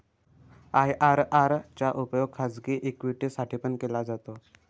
IRR चा उपयोग खाजगी इक्विटी साठी पण केला जातो